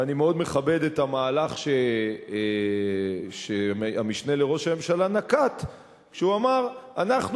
ואני מאוד מכבד את המהלך שהמשנה לראש הממשלה נקט כשהוא אמר: אנחנו